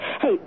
Hey